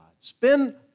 Spend